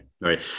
right